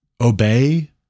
obey